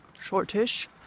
shortish